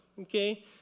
Okay